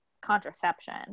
contraception